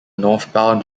northbound